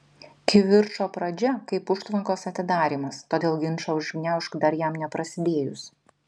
kivirčo pradžia kaip užtvankos atidarymas todėl ginčą užgniaužk dar jam neprasidėjus